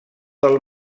del